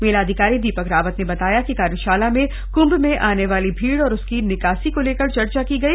मेलाधिकारी दीपक रावत ने बताया कि कार्यशाला में क्भ में आने वाली भीड़ और उसकी निकासी को लेकर चर्चा की गई